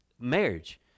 marriage